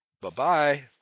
Bye-bye